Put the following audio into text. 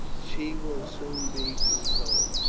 she will soon be consoled.